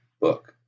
book